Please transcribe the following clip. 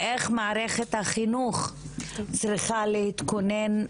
ואיך מערכת החינוך צריכה להתכונן.